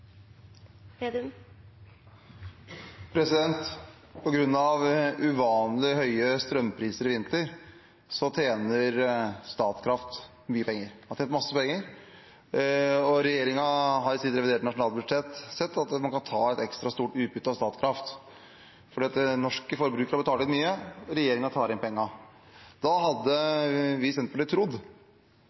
uvanlig høye strømpriser i vinter tjener Statkraft mye penger. De har tjent masse penger, og regjeringen har i sitt reviderte nasjonalbudsjett sett at man kan ta et ekstra stort utbytte av Statkraft, fordi norske forbrukere har betalt inn mye, og regjeringen tar inn pengene. Da hadde vi i Senterpartiet trodd